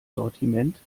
sortiment